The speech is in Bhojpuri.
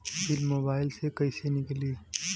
बिल मोबाइल से कईसे निकाली?